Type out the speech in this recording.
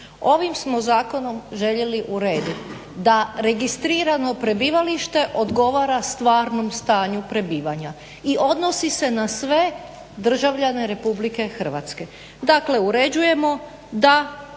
Ovim smo zakonom željeli urediti da registrirano prebivalište odgovara stvarnom stanju prebivanja i odnosi se na sve državljane Republike Hrvatske. Dakle, uređujemo da